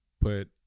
put